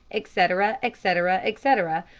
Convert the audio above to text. etc, etc, etc,